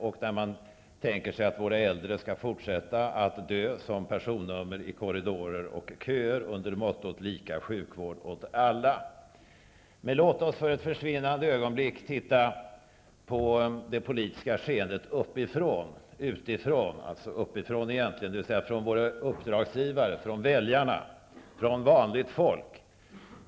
Där tänker man sig att våra äldre skall fortsätta att dö som personnummer i korridorer och köer under mottot: Låt oss för ett försvinnande ögonblick titta på det politiska skeendet uppifrån, dvs. från våra uppdragsgivares, väljarnas, vanligt folks sida.